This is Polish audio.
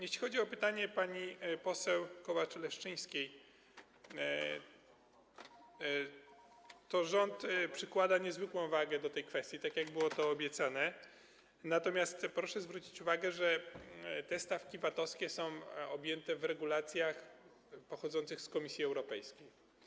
Jeśli chodzi o pytanie pani poseł Kołacz-Leszczyńskiej, rząd przykłada niezwykłą wagę do tej kwestii, tak jak było to obiecane, natomiast proszę zwrócić uwagę, że te stawki VAT-owskie są ujęte w regulacjach pochodzących z Komisji Europejskiej.